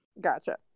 gotcha